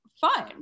fun